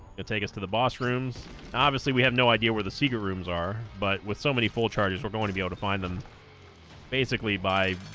it take us to the boss rooms obviously we have no idea where the secret rooms are but with so many full charges we're going to be able to find them basically by